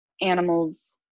animals